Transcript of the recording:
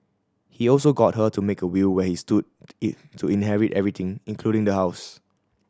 he also got her to make a will where he stood to inherit everything including the house